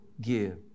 give